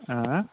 आयँ